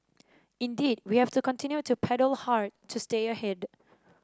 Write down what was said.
indeed we have to continue to paddle hard to stay ahead